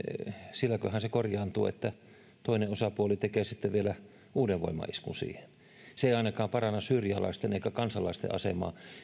silläkö se korjaantuu että toinen osapuoli tekee sitten vielä uuden voimaiskun siihen se ei ainakaan paranna syyrialaisten eikä kansalaisten asemaa